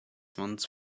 once